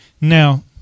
Now